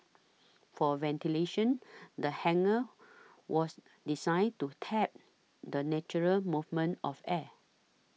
for ventilation the hangar was designed to tap the natural movement of air